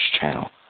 channel